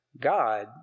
God